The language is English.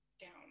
down